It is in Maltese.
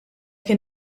kien